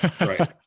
right